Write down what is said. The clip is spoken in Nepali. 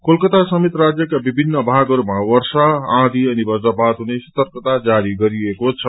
कोलकाता समेत राज्यका विभिन्न भागमा वर्षा आँयी अनि बज्रपात हुने सर्तकता जारी गरिएको छ